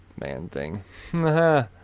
man-thing